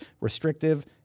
restrictive